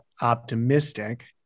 optimistic